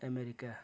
America